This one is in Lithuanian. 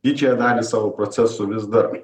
didžiąją dalį savo procesų vis dar